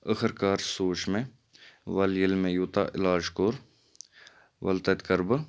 ٲخر کار سوٗنچ مےٚ وَلہٕ ییٚلہِ مےٚ یوٗتاہ علاج کوٚر وَلہٕ تَتہِ کرٕ بہٕ